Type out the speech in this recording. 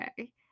Okay